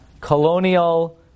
colonial